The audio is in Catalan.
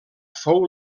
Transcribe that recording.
fou